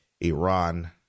Iran